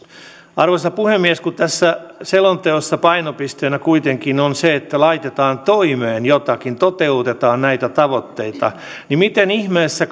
arvoisa puhemies kun tässä selonteossa painopisteenä kuitenkin on se että laitetaan toimeen jotakin toteutetaan näitä tavoitteita niin miten ihmeessä